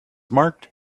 marked